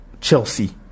Chelsea